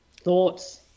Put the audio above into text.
Thoughts